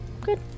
Good